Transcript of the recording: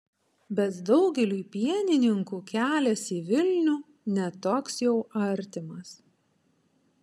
bet daugeliui pienininkų kelias į vilnių ne toks jau artimas